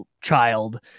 child